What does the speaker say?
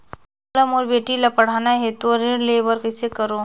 मोला मोर बेटी ला पढ़ाना है तो ऋण ले बर कइसे करो